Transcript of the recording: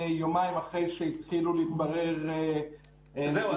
יומיים אחרי שהתחילו להתברר- -- זהו.